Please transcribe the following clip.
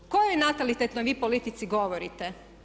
O kojoj natalitetnoj vi politici govorite?